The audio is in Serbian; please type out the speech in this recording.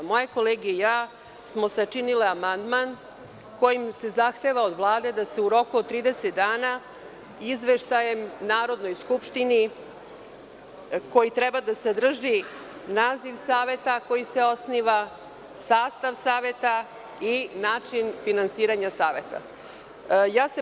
Moje kolege i ja smo sačinili amandman kojim se zahteva od Vlade da se u roku od 30 dana izveštajem Narodnoj skupštini koji treba da sadrži naziv saveta koji se osniva, sastav saveta i način finansiranja saveta dostavi.